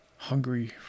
Hungry